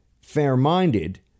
fair-minded